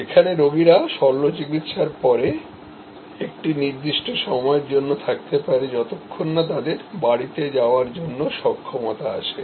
যেখানে রোগীরা শল্যচিকিৎসার পরে একটি নির্দিষ্ট সময়ের জন্য থাকতে পারেযতক্ষণ না তাদের বাড়ীতে যাওয়ার জন্য সক্ষমতা আসে